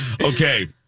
Okay